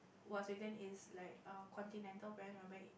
Volkswagen is like a continental brand whereby